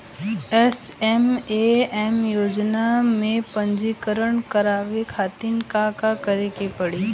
SMAM योजना में पंजीकरण करावे खातिर का का करे के पड़ी?